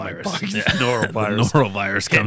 norovirus